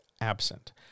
absent